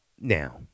now